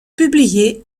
publié